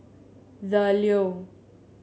The Leo